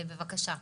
בבקשה.